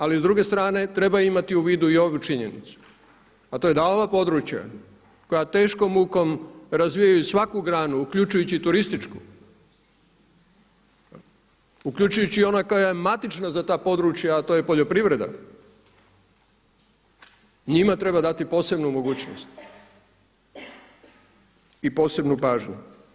Ali s druge strane treba imati u vidu i ovu činjenicu, a to je da ova područja koja teškom mukom razvijaju svaku granu uključujući i turističku, uključujući i onu koja je matična za ta područja, a to je poljoprivreda njima treba dati posebnu mogućnost i posebnu pažnju.